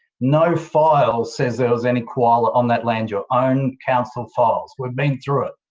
no file says there was any koala on that land. your own council files. we've been through it.